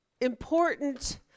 important